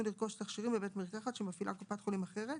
לרכוש תכשירים בבית מרקחת שמפעילה קופת חולים אחרת